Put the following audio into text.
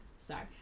Sorry